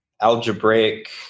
algebraic